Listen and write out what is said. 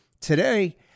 Today